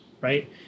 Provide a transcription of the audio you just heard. right